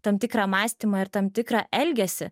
tam tikrą mąstymą ir tam tikrą elgesį